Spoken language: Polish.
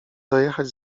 dojechać